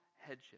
headship